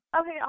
Okay